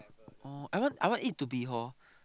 oh I want I want it to be hor